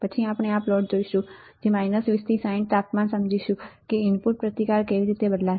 પછી આપણે આ પ્લોટ જોઈશું 20 થી 60 તાપમાન સાથે સમજીશું કે ઇનપુટ પ્રતિકાર કેવી રીતે બદલાશે